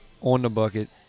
on-the-bucket